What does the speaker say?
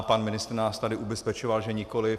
Pan ministr nás tady ubezpečoval, že nikoliv.